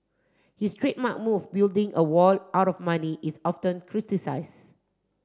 his trademark move building a wall out of money is often criticised